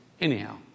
anyhow